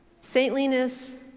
Saintliness